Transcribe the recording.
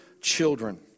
children